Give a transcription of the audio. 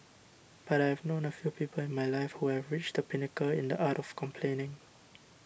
but I have known a few people in my life who have reached the pinnacle in the art of complaining